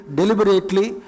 deliberately